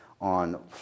on